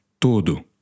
todo